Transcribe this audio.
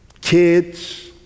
kids